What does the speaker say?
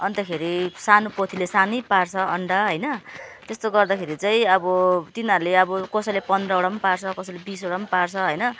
अन्तखेरि सानो पोथीले सानो पार्छ अन्डा होइन त्यस्तो गर्दाखेरि चाहिँ अब तिनीहरूले अब कसैले पन्ध्रवटा पार्छ कसैले बिसवटा पार्छ होइन